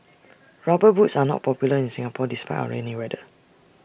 rubber boots are not popular in Singapore despite our rainy weather